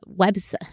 website